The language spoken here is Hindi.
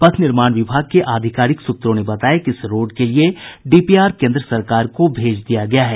पथ निर्माण विभाग के आधिकारिक सूत्रों ने बताया है कि इस रोड के लिए डीपीआर केन्द्र सरकार को भेज दिया गया है